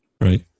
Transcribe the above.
right